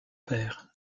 père